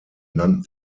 nannten